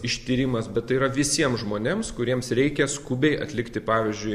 ištyrimas bet tai yra visiems žmonėms kuriems reikia skubiai atlikti pavyzdžiui